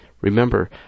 remember